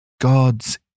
God's